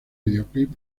videoclip